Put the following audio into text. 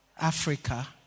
Africa